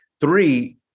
Three